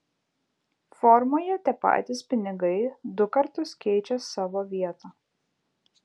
formoje tie patys pinigai du kartus keičia savo vietą